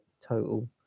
total